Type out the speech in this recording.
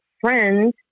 friend